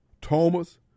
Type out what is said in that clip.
Thomas